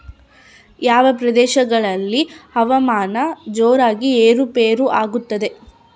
ಯಾವ ಪ್ರದೇಶಗಳಲ್ಲಿ ಹವಾಮಾನ ಜೋರಾಗಿ ಏರು ಪೇರು ಆಗ್ತದೆ?